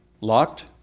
locked